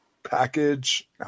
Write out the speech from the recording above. package